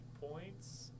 points